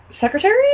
Secretary